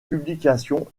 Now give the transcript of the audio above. publications